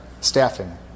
staffing